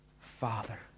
Father